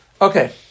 okay